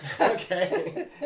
okay